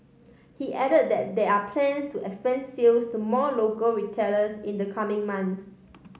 he add that there are plans to expand sales to more local retailers in the coming months